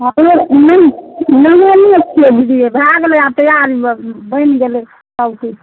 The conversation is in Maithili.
हमरो नहेने छियै दीदी भए गेलै आब तैआरी बनि गेलै सब किछु